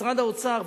במשרד האוצר,